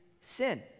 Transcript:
sin